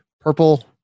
purple